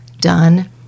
done